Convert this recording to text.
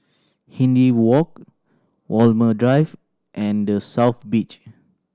Hindhede Walk Walmer Drive and The South Beach